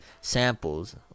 samples